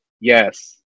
Yes